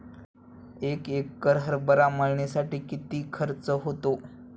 एक एकर हरभरा मळणीसाठी किती खर्च होतो?